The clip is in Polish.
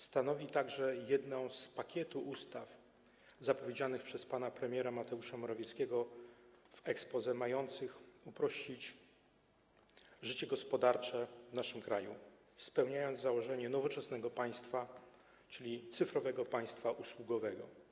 Stanowi także jedną ustawę z pakietu ustaw zapowiedzianych przez pana premiera Mateusza Morawieckiego w exposé, mających uprościć życie gospodarcze w naszym kraju, spełniając założenie nowoczesnego państwa, czyli cyfrowego państwa usługowego.